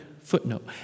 footnote